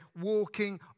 walking